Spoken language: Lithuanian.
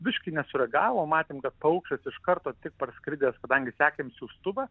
biškį nesureagavo matėm paukščius iš karto tik parskridęs kadangi sekėm siųstuvą